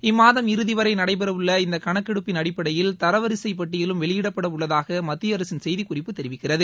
இம்மாதம் இறுதி வரை நடைபெற உள்ள இந்த கணக்கெடுப்பின் அடிப்படையில் தரவரிசை பட்டியலும் வெளியிடப்பட உள்ளதாக மத்திய அரசின் செய்திக்குறிப்பு தெரிவிக்கிறது